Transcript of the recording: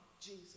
Jesus